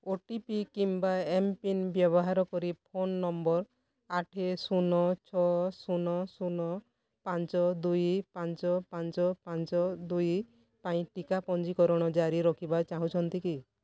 ଓ T P କିମ୍ବା M PIN ବ୍ୟବହାର କରି ଫୋନ୍ ନମ୍ବର୍ ଆଠେ ଶୂନ ଛଅ ଶୂନ ଶୂନ ପାଞ୍ଚ ଦୁଇ ପାଞ୍ଚ ପାଞ୍ଚ ପାଞ୍ଚ ଦୁଇ ପାଇଁ ଟୀକା ପଞ୍ଜୀକରଣ ଜାରି ରଖିବା ଚାହୁଁଛନ୍ତି କି